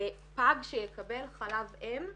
לפג שיקבל חלב אם.